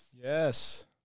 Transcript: Yes